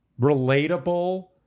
relatable